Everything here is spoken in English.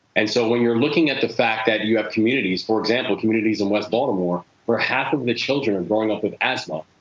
and so, when you're looking at the fact that you have communities, for example, communities in west baltimore, where half of the children are growing up with asthma,